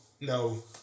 no